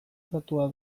hedatua